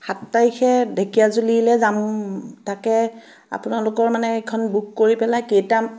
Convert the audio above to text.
সাত তাৰিখে ঢেকিয়াজুলিলৈ যাম তাকে আপোনালোকৰ মানে এখন বুক কৰি পেলাই কেইটা